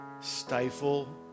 stifle